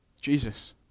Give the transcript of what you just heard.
Jesus